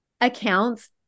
accounts